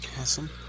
Awesome